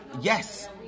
Yes